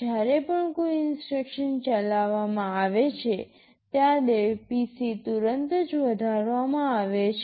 જ્યારે પણ કોઈ ઇન્સટ્રક્શન ચલાવવામાં આવે છે ત્યારે PC તુરંત જ વધારવામાં આવે છે